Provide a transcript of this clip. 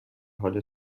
حال